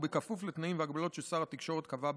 ובכפוף לתנאים והגבלות ששר התקשורת קבע ברישיונה.